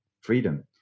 freedom